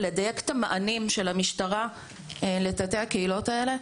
ולדייק את המענים של המשטרה לתתי-הקהילות האלה.